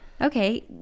okay